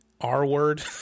R-word